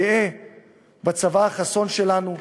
גאה בצבא החסון שלנו,